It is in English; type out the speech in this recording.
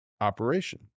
operation